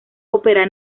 ópera